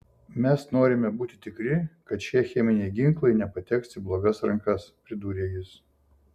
mes norime būti tikri kad šie cheminiai ginklai nepateks į blogas rankas pridūrė jis